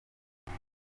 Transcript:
bull